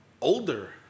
Older